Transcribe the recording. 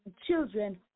children